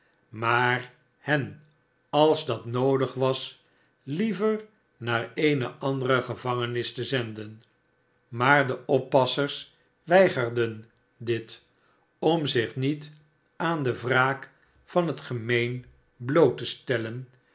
maar hen als dat noodig was liever naar eene andere gevangenis te zenden maar deoppassers weigerden dit om zich niet aan de wraak van het gemeen bloot te stellen